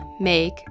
Make